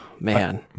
man